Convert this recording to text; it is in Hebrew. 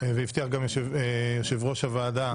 והבטיח גם יושב-ראש הוועדה,